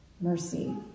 Mercy